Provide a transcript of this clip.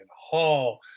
Hall